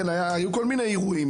היו כל מיני אירועים,